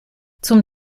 zum